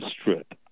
strip